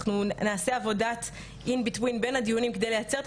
אנחנו נעשה עבודה בין הדיונים כדי לייצר את